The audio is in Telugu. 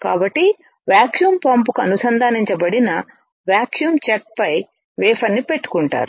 కాబట్టి వాక్యూమ్ పంప్కు అనుసంధానించబడిన వాక్యూమ్ చక్పై వేఫర్ను పెట్టుకుంటారు